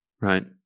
Right